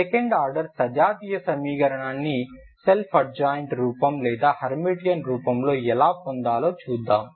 second order సజాతీయ సమీకరణాన్ని self adjoint రూపం లేదా హెర్మిటియన్ రూపంలో ఎలా పొందాలో చూద్దాం